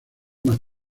más